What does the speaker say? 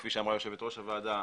כפי שאמרה יושבת-ראש הוועדה,